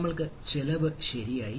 നമ്മൾക്ക് ചെലവ് ശരിയായി